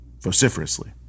vociferously